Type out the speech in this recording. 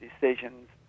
decisions